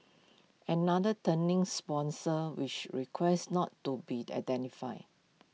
another turning sponsor which requested not to be identified